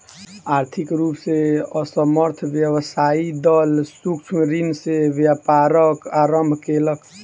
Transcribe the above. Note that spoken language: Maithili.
आर्थिक रूप से असमर्थ व्यवसायी दल सूक्ष्म ऋण से व्यापारक आरम्भ केलक